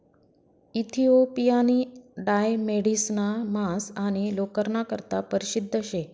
इथिओपियानी डाय मेढिसना मांस आणि लोकरना करता परशिद्ध शे